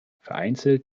vereinzelt